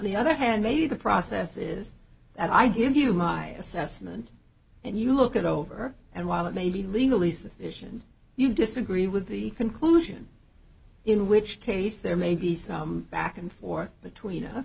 the other hand maybe the process is that i give you my assessment and you look at over and while it may be legally sufficient you disagree with the conclusion in which case there may be some back and forth between us